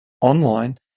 online